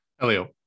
Elio